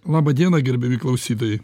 labą dieną gerbiami klausytojai